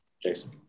Jason